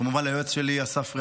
כמובן ליועץ שלי אסף רעני,